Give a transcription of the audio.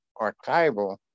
archival